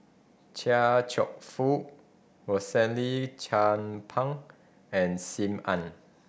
Chia Cheong Fook Rosaline Chan Pang and Sim Ann